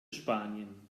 spanien